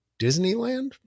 Disneyland